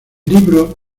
libro